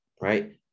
right